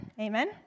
Amen